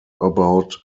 about